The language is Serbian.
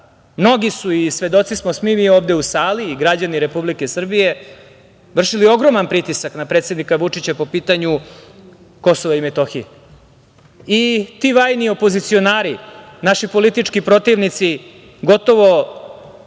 Mnogi su, i svedoci smo svi mi ovde u sali i građani Republike Srbije, vršili ogroman pritisak na predsednika Vučića po pitanju Kosova i Metohije i ti vajni opozicionari, naši politički protivnici, gotovo